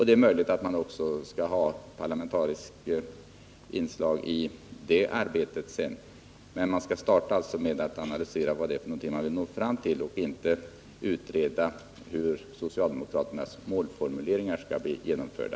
Det är möjligt att man sedan också skall ha parlamentariska inslag i det arbetet. Men man skall starta med att analysera vad det är man vill nå fram till och inte utreda hur socialdemokraternas målformuleringar skall bli genomförda.